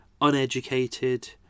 uneducated